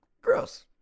Gross